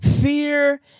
fear